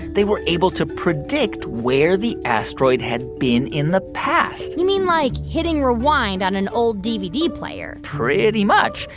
they were able to predict where the asteroid had been in the past you mean like hitting rewind on an old dvd player pretty much.